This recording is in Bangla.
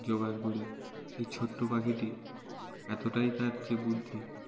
জোগাড় করে সেই ছোট্ট পাখিটি এতটাই তার যে বুদ্ধি